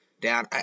down